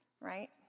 right